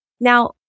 Now